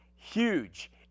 huge